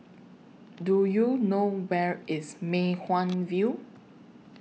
Do YOU know Where IS Mei Hwan View